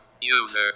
User